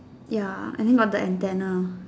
ya and then got the antenna